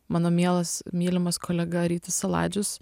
mano mielas mylimas kolega rytis saladžius